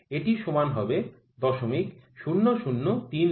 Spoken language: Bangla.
এটি সমান হবে ০০০৩২